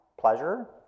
pleasure